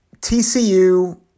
TCU